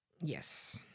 Yes